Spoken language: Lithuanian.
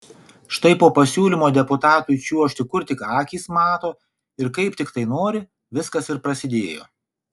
štai po pasiūlymo deputatui čiuožti kur tik akys mato ir kaip tik tai nori viskas ir prasidėjo